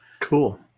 Cool